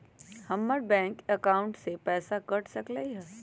हमर bank account से पैसा कट सकलइ ह?